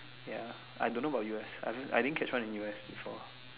ya I don't know about U_S I I didn't catch one in U_S before